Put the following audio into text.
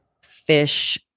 fish